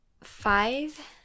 five